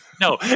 No